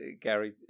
Gary